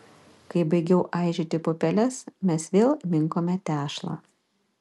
kai baigiau aižyti pupeles mes vėl minkome tešlą